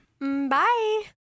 Bye